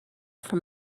from